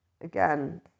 again